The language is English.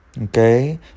Okay